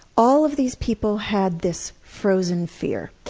all of these people had this frozen fear.